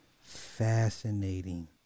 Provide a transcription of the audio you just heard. Fascinating